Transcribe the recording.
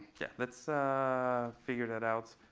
yeah, let's figure that out.